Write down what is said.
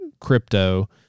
crypto